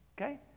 Okay